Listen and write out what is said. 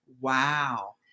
Wow